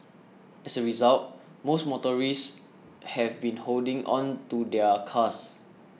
as a result most motorists have been holding on to their cars